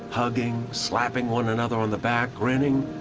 hugging, slapping one another on the back, grinning,